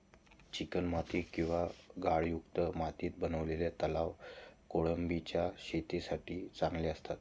चिकणमाती किंवा गाळयुक्त मातीत बनवलेले तलाव कोळंबीच्या शेतीसाठी चांगले असतात